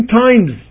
times